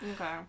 Okay